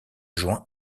juin